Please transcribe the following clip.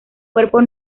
cuerpo